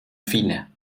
fine